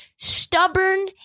stubborn